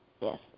Yes